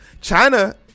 China